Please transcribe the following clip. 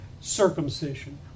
circumcision